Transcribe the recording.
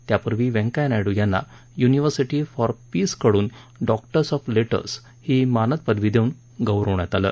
त्यापूर्वी व्यंकय्या नायडू यांना University for Peace कडून डॉक्टर्स ऑफ लेटर्स ही मानद पदवी देऊन गौरवण्यात आलं